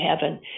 heaven